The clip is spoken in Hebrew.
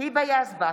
היבה יזבק,